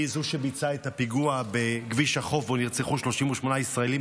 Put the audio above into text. היא זו שביצעה את הפיגוע בכביש החוף שבו נרצחו 38 ישראלים,